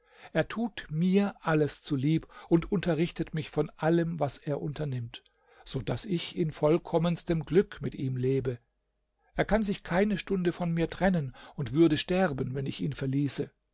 er tut mir alles zulieb und unterrichtet mich von allem was er unternimmt so daß ich in vollkommenstem glück mit ihm lebe er kann sich keine stunde von mir trennen und würde sterben wenn ich ihn verließe